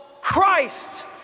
Christ